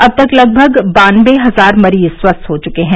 अब तक लगभग बानबे हजार मरीज स्वस्थ हो चुके हैं